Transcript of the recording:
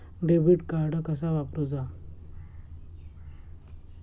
Debit card कसा वापरुचा?